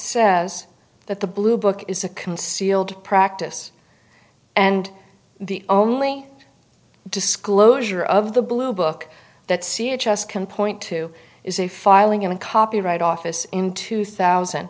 says that the blue book is a concealed practice and the only disclosure of the blue book that c h s can point to is a filing in a copyright office in two thousand